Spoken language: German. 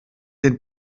den